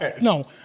No